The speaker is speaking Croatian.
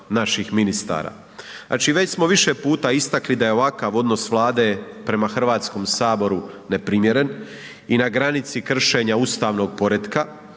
naših ministara.